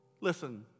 Listen